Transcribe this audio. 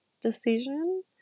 decision